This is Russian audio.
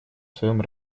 своем